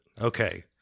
okay